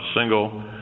single